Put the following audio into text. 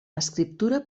escriptura